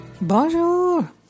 Bonjour